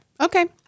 Okay